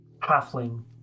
halfling